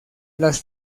las